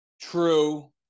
True